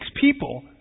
people